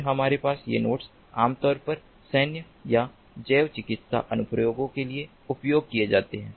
फिर हमारे पास ये नोड्स आमतौर पर सैन्य या जैव चिकित्सा अनुप्रयोगों के लिए उपयोग किए जाते हैं